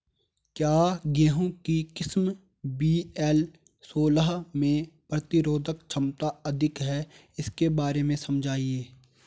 क्या गेहूँ की किस्म वी.एल सोलह में प्रतिरोधक क्षमता अधिक है इसके बारे में समझाइये?